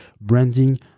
branding